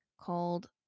called